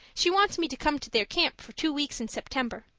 she wants me to come to their camp for two weeks in september.